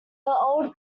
old